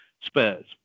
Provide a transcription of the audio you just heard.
spares